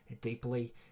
deeply